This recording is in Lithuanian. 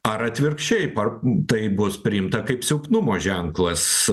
ar atvirkščiai ar tai bus priimta kaip silpnumo ženklas